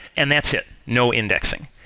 and that's it. no indexing.